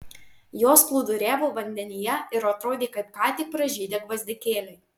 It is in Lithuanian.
jos plūduriavo vandenyje ir atrodė kaip ką tik pražydę gvazdikėliai